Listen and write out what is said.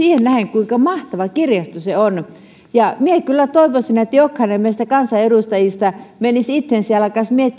kuinka mahtava kirjasto se on minä kyllä toivoisin että jokainen meistä kansanedustajista menisi itseensä